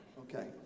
okay